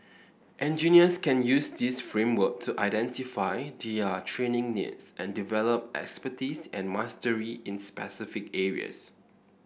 engineers can use this framework to identify their training needs and develop expertise and mastery in specific areas